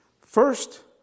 first